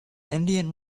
indian